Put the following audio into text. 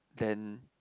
then